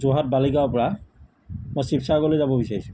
যোৰহাট বালিগাঁৱৰপৰা মই শিৱসাগৰলৈ যাব বিচাৰিছিলোঁ